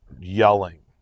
yelling